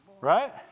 Right